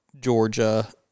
Georgia